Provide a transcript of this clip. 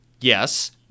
yes